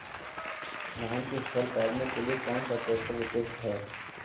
धान की फसल काटने के लिए कौन सा ट्रैक्टर उपयुक्त है?